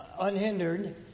unhindered